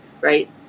right